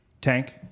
Tank